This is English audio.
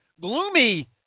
gloomy